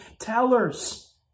tellers